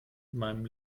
meinem